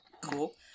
Cool